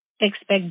Expect